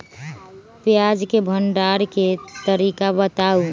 प्याज के भंडारण के तरीका बताऊ?